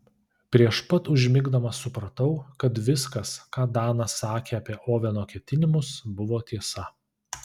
prieš pat užmigdamas supratau kad viskas ką danas sakė apie oveno ketinimus buvo tiesa